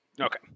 Okay